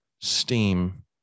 steam